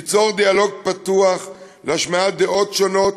ליצור דיאלוג פתוח להשמעת דעות שונות